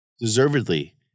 deservedly